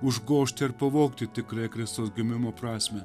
užgožti ar pavogti tikrąją kristaus gimimo prasmę